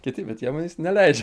kiti bet jie manęs neleidžia